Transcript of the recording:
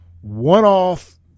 one-off